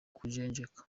kujenjeka